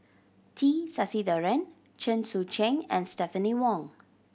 T Sasitharan Chen Sucheng and Stephanie Wong